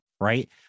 right